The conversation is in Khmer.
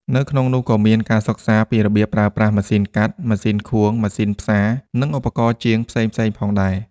នៅក្នុងនោះក៏មាន ការសិក្សាពីរបៀបប្រើប្រាស់ម៉ាស៊ីនកាត់ ម៉ាស៊ីនខួង ម៉ាស៊ីនផ្សារ និងឧបករណ៍ជាងផ្សេងៗផងដែរ។